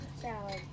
salad